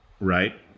right